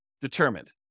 determined